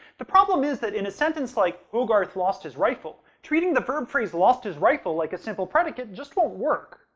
the problem is that, in a sentence like hogarth lost his rifle, treating the verb phrase lost his rifle like a simple predicate just won't work.